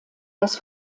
das